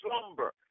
slumber